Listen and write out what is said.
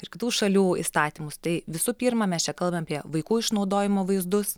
ir kitų šalių įstatymus tai visų pirma mes čia kalbam apie vaikų išnaudojimo vaizdus